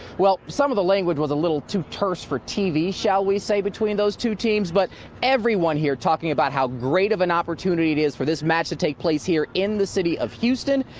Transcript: well, some of the language was a little too terse for tv, shall we say between the two teams. but everyone here talking about how great of an opportunity it is for this match to take place here in the city of houston.